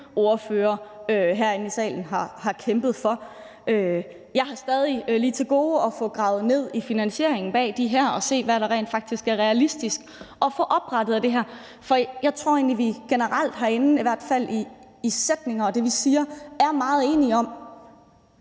ordførere herinde i salen har kæmpet for. Jeg har stadig til gode at få gravet ned i finansieringen bag det her for at se, hvad der rent faktisk er realistisk at få oprettet. Jeg tror egentlig, at vi generelt herinde – i hvert fald i sætninger og det, vi siger – er meget enige om,